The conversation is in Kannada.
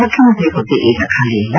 ಮುಖ್ಯಮಂತ್ರಿ ಹುದ್ದೆ ಈಗ ಖಾಲಿ ಇಲ್ಲ